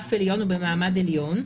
ברף עליון או במעמד עליון,